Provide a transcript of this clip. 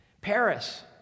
Paris